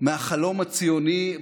מהחלום הציוני,